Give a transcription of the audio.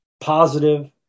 positive